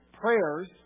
prayers